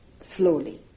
slowly